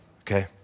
okay